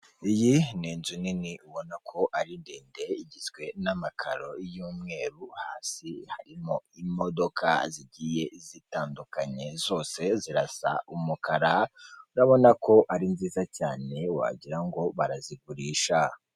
Iyi ni inzu nini ubona ko ari ndende igizwe n'amakaro y'umweru, hasi harimo imodoka zigiye zitandukanye zose zirasa umukara, urabona ko ari nziza cyane wagira ngo barazigurisha.